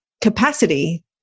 capacity